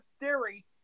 theory